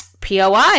POI